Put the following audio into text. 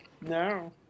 No